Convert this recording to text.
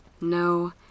No